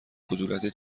کدورتی